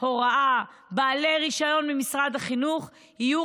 הוראה בעלי רישיון ממשרד החינוך יהיו